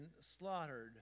slaughtered